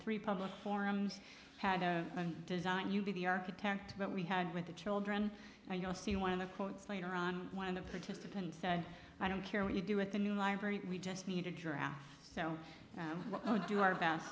three public forums had a design be the architect that we had with the children and you'll see one of the quotes later on one of the participants said i don't care what you do with the new library we just need a draft so do our best